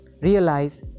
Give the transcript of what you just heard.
realize